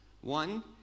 One